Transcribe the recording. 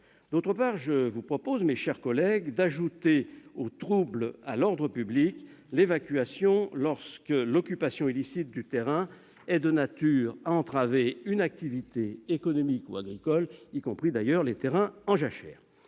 collègues, je vous propose d'ajouter aux troubles à l'ordre public l'évacuation lorsque l'occupation illicite du terrain est de nature à entraver une activité économique ou agricole, y compris s'agissant des terrains en jachère.